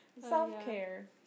Self-care